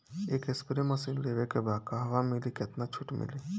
एक spray machine लेवे के बा कहवा मिली केतना छूट मिली?